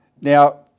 Now